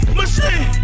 machine